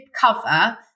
cover